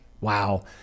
Wow